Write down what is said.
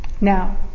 Now